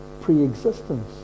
pre-existence